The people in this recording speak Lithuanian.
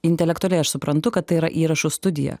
intelektualiai aš suprantu kad tai yra įrašų studija